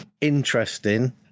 interesting